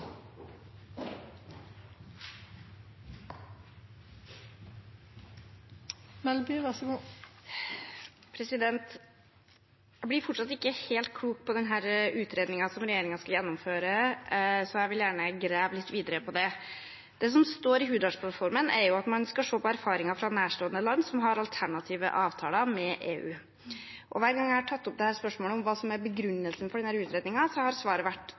Jeg blir fortsatt ikke helt klok på den utredningen som regjeringen skal gjennomføre, så jeg vil gjerne grave litt videre på det. Det som står i Hurdalsplattformen, er at man skal se på erfaringer fra nærstående land som har alternative avtaler med EU. Hver gang jeg har tatt opp spørsmålet om hva som er begrunnelsen for denne utredningen, har svaret vært